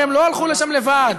הרי הם לא הלכו לשם לבד,